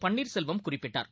பன்னீர்செல்வம் குறிப்பிட்டார்